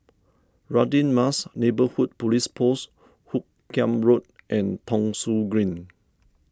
Radin Mas Neighbourhood Police Post Hoot Kiam Road and Thong Soon Green